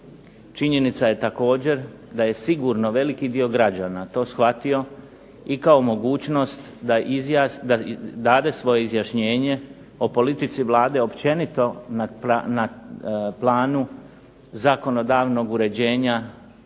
Činjenica je također da je sigurno veliki dio građana to shvatio i kao mogućnost da dade svoje izjašnjenje o politici Vlade općenito na planu zakonodavnog uređenja